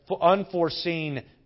unforeseen